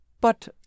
But